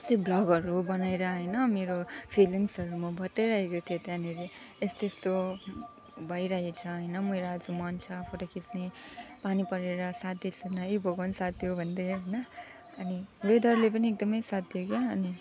यसै भ्लगहरू बनाएर होइन मेरो फिलिङ्सहरू म बताइराहेको थिएँ त्यहाँनिर यस्तो यस्तो भइरहेछ होइन मेरो आज मन छ फोटो खिच्ने पानी परेर साथ दिएको छैन हे भगवान साथ देऊ भन्दै होइन अनि वेदरले पनि एकदमै साथ दियो क्या अनि